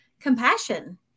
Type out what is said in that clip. compassion